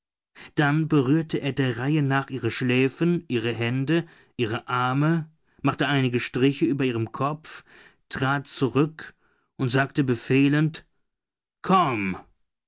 dann berührte er der reihe nach ihre schläfen ihre hände ihre arme machte einige striche über ihrem kopfe trat zurück und sagte befehlend komm